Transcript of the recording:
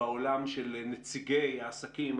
בעולם של נציגי העסקים,